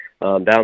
down